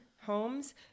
homes